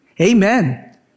Amen